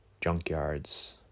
junkyards